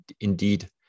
indeed